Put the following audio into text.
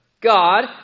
God